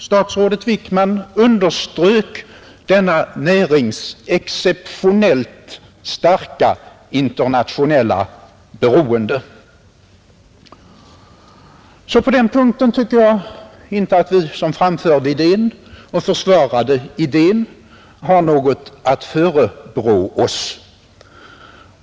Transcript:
Statsrådet Wickman underströk ju själv varvsnäringens starka internationella beroende. På den punkten tycker jag alltså inte att vi som framförde och försvarade idén har något att förebrå oss.